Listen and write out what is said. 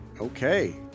Okay